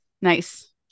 Nice